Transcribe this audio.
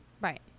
Right